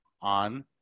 on